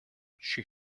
she